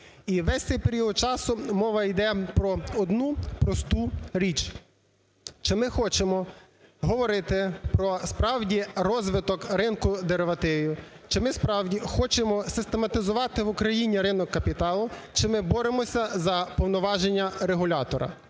І весь цей період часу мова йде про одну просту річ: чи ми хочемо говорити про справді розвиток ринку деривативів, чи ми справді хочемо систематизувати в Україні ринок капіталу, чи ми боремося за повноваження регулятора.